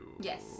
Yes